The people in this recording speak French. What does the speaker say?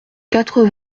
quatre